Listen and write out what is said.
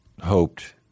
hoped